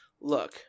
look